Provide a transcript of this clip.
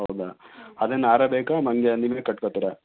ಹೌದಾ ಅದೇನು ಹಾರ ಬೇಕಾ ಹಂಗೇ ನೀವೇ ಕಟ್ಕೊತೀರಾ